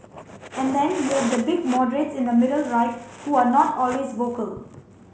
and then you have the big moderates in the middle right who are not always vocal